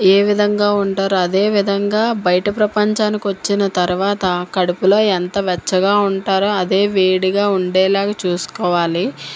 ఏ విధంగా ఉంటారో అదే విధంగా బయట ప్రపంచానికి వచ్చిన తర్వాత కడుపులో ఎంత వెచ్చగా ఉంటారో అదే వేడిగా ఉండేలాగా చూసుకోవాలి